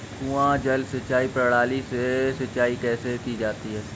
कुआँ जल सिंचाई प्रणाली से सिंचाई कैसे की जाती है?